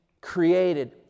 created